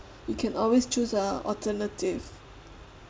you can always choose a alternative